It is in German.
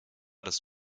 des